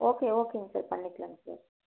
okay ஓகேங்க sir பண்ணிக்கலாங்க sir